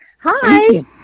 Hi